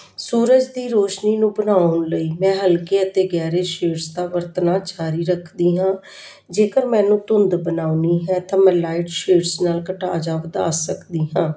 ਸੂਰਜ ਦੀ ਰੋਸ਼ਨੀ ਨੂੰ ਬਣਾਉਣ ਲਈ ਮੈਂ ਹਲਕੀ ਅਤੇ ਗਹਿਰੇ ਸ਼ਿਵਸਤਾ ਵਰਤਣਾ ਜਾਰੀ ਰੱਖਦੀ ਹਾਂ ਜੇਕਰ ਮੈਨੂੰ ਧੁੰਦ ਬਣਾਉਣੀ ਹੈ ਤਾਂ ਮੈਂ ਲਾਈਟ ਸ਼ੇਡਸ ਨਾਲ ਘਟਾ ਜਾ ਵਧਾ ਸਕਦੀ ਹਾਂ